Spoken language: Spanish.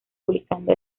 publicando